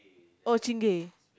oh Chingay